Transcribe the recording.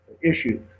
issues